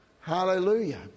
Hallelujah